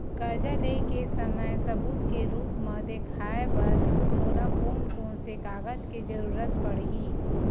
कर्जा ले के समय सबूत के रूप मा देखाय बर मोला कोन कोन से कागज के जरुरत पड़ही?